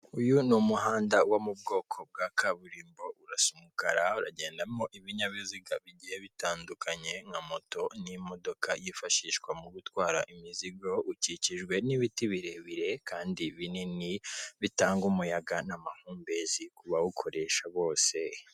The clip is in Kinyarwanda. Uyu ni umuhanda wo mu bwoko bwa kaburimbo urasa umukara; uragendamo ibinyabiziga bigiye bitandukanye nka moto n'imodoka yifashishwa mu gutwara imizigo. Ukikijwe n'ibiti birebire kandi binini bitanga umuyaga n'amahumbezi ku bawukoresha bose.